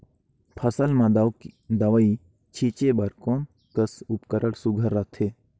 फसल म दव ई छीचे बर कोन कस उपकरण सुघ्घर रथे?